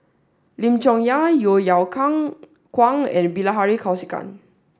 Lim Chong Yah Yeo Kwang and Bilahari Kausikan